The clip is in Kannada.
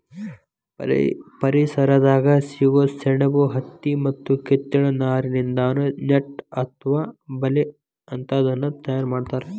ಪರಿಸರದಾಗ ಸಿಗೋ ಸೆಣಬು ಹತ್ತಿ ಮತ್ತ ಕಿತ್ತಳೆ ನಾರಿನಿಂದಾನು ನೆಟ್ ಅತ್ವ ಬಲೇ ಅಂತಾದನ್ನ ತಯಾರ್ ಮಾಡ್ತಾರ